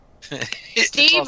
Steve